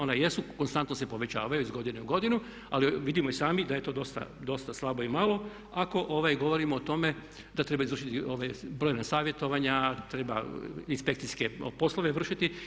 Ona jesu konstantno se povećavaju iz godine u godinu ali vidimo i sami da je to dosta slabo i malo ako govorimo o tome da treba izvršiti brojna savjetovanja, treba inspekcijske poslove vršiti.